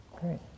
Great